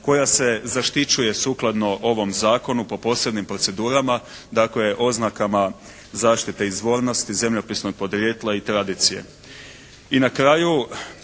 koja se zaštićuje sukladno ovom zakonu po posebnim procedurama, dakle oznakama zaštite izvornosti zemljopisnog podrijetla i tradicije.